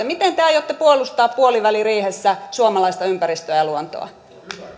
miten te aiotte puolustaa puoliväliriihessä suomalaista ympäristöä ja luontoa